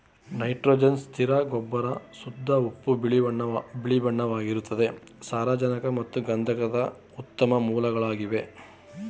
nitrogen ಸ್ಥಿರ ಗೊಬ್ಬರ ಶುದ್ಧ ಉಪ್ಪು ಬಿಳಿಬಣ್ಣವಾಗಿರ್ತದೆ ಸಾರಜನಕ ಮತ್ತು ಗಂಧಕದ ಉತ್ತಮ ಮೂಲಗಳಾಗಿದೆ